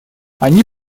они